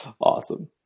Awesome